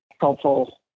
helpful